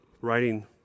writing